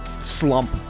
slump